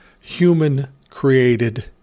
human-created